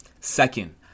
Second